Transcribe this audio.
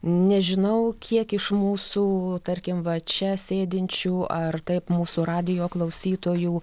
nežinau kiek iš mūsų tarkim vat čia sėdinčių ar taip mūsų radijo klausytojų